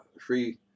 free